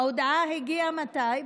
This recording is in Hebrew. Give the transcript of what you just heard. ההודעה הגיעה, מתי?